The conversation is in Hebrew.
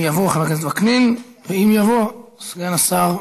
אם יבוא, חבר הכנסת וקנין, ואם יבוא, סגן השר,